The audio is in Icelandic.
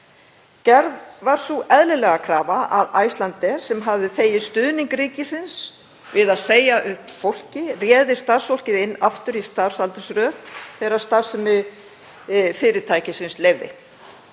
Gerð var sú eðlilega krafa að Icelandair, sem hafði þegið stuðning ríkisins við að segja fólki upp, réði starfsfólkið inn aftur í starfsaldursröð þegar starfsemi fyrirtækisins leyfði.